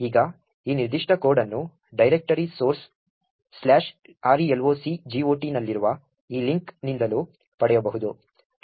ಈಗ ಈ ನಿರ್ದಿಷ್ಟ ಕೋಡ್ ಅನ್ನು ಡೈರೆಕ್ಟರಿ ಸೋರ್ಸ್ relocgot ನಲ್ಲಿರುವ ಈ ಲಿಂಕ್ನಿಂದಲೂ ಪಡೆಯಬಹುದು